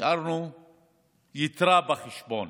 השארנו יתרה בחשבון.